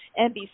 NBC